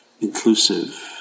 inclusive